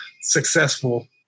successful